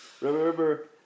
remember